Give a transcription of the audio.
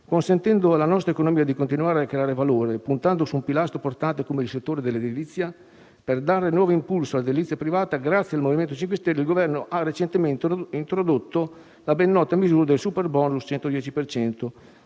consentendo all'economia di continuare a creare valore, puntando su un pilastro portante come il settore dell'edilizia; per dare nuovo impulso all'edilizia privata, grazie al Movimento 5 Stelle, il Governo ha recentemente introdotto la ben nota misura del "*superbonus*"